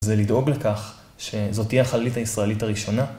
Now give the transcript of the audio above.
זה לדאוג לכך שזאת תהיה החללית הישראלית הראשונה.